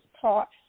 taught